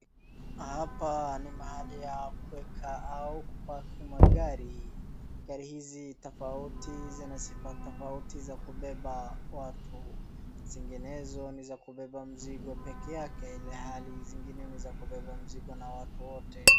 Hapa ni mahali ya kuweka au kupark magari, gari hizi tofauti zina sifa tofauti za kubeba watu. Zinginezo ni za kubeba mzigo peke yake, ilhali zingine ni za kubeba mizigo na watu wote.